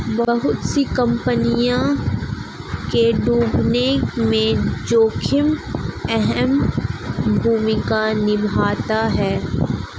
बहुत सी कम्पनियों के डूबने में जोखिम अहम भूमिका निभाता है